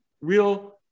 real